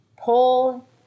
pull